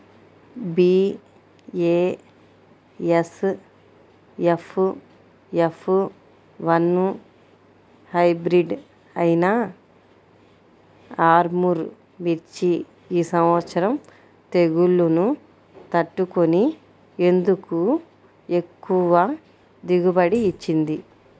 BASF F one hybrid అయినా ఆర్ముర్ మిర్చి ఈ సంవత్సరం తెగుళ్లును తట్టుకొని ఎందుకు ఎక్కువ దిగుబడి ఇచ్చింది?